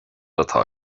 atá